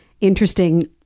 Interesting